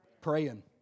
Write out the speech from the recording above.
Praying